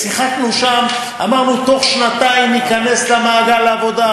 אמרנו שתוך שנתיים ייכנס למעגל העבודה.